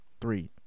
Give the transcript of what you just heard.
Three